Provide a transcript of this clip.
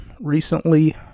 recently